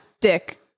Dick